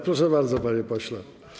Proszę bardzo, panie pośle.